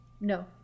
No